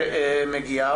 שמגיעה,